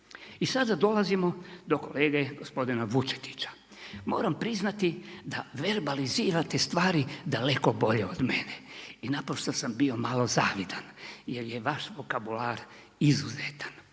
I sada dolazimo do kolege gospodina Vučetića. Moram priznati da verbalizirate stvari daleko bolje od mene i naprosto sam bio malo zavidan jel je vaš vokabular izuzetan.